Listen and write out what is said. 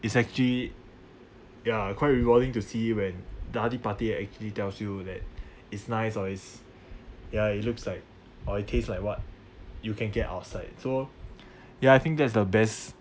it's actually ya quite rewarding to see when the other party actually tells you that is nice or it's ya it looks like or it taste like what you can get outside so ya I think that's the best